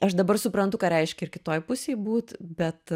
aš dabar suprantu ką reiškia ir kitoj pusėj būt bet